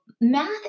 math